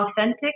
authentic